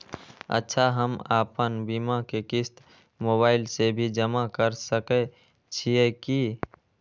अच्छा हम आपन बीमा के क़िस्त मोबाइल से भी जमा के सकै छीयै की?